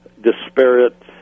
disparate